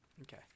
Okay